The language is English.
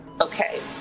Okay